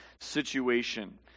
situation